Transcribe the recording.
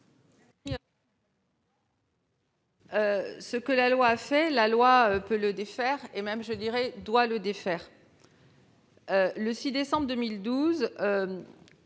Ce que la loi a fait, la loi peut le défaire- je dirais même, doit le défaire. Le 6 décembre 2012,